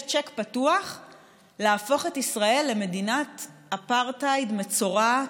יש צ'ק פתוח להפוך את ישראל למדינת אפרטהייד מצורעת,